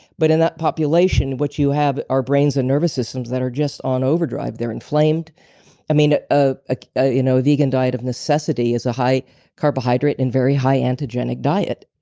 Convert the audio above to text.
but in that population, what you have is brains and nervous systems that are just on overdrive. they're inflamed i mean, ah ah ah you know, a vegan diet of necessity is a high carbohydrate and very high anti genic diet.